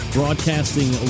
Broadcasting